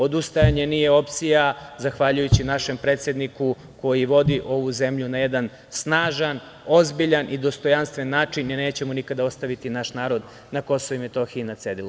Odustajanje nije opcija zahvaljujući našem predsedniku koji vodi ovu zemlju na jedan snažan, ozbiljan i dostojanstven način, i nećemo nikada ostaviti naš narod na KiM na cedilu.